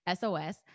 SOS